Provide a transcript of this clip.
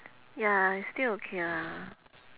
ya I still okay lah